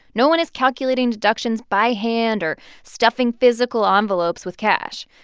no one is calculating deductions by hand or stuffing physical ah envelopes with cash.